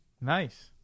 Nice